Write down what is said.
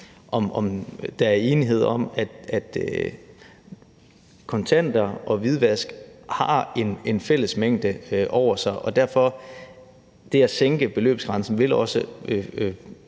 der er enighed om, at kontanter og hvidvask har en fællesmængde over sig, og derfor vil det at sænke beløbsgrænsen